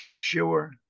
sure